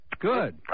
Good